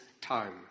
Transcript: time